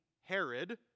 Herod